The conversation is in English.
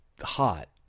hot